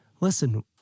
Listen